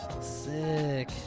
Sick